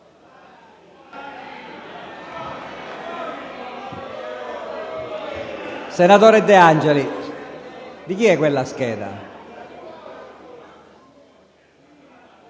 Senatore De Angelis, di chi è quella scheda?